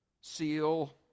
seal